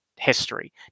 history